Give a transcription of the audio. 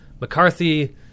McCarthy